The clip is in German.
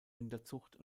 rinderzucht